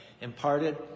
imparted